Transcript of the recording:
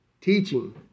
teaching